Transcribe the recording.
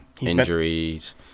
injuries